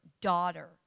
daughter